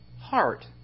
heart